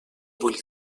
vull